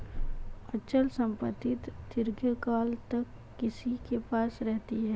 अचल संपत्ति दीर्घकाल तक किसी के पास रहती है